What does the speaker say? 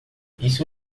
isso